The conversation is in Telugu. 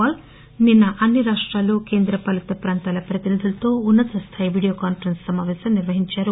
పాల్ నిన్న అన్ని రాష్రాలు కేంద్రపాలిత ప్రాంతాల ప్రతినిధులతో ఉన్న తస్థాయి వీడియో కాన్పరెస్స్ సమాపేశం నిర్వహించారు